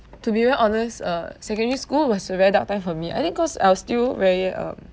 to be honest uh secondary school was a very dark time for me I think cause I was still very um